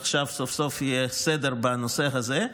עכשיו סוף-סוף יהיה סדר בנושא הזה,